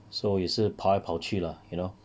so 也是跑来跑去 lah you know